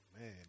Man